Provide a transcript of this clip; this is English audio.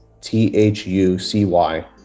T-H-U-C-Y